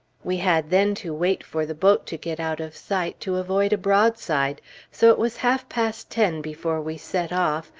we had then to wait for the boat to get out of sight, to avoid a broadside so it was half-past ten before we set off,